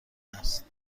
است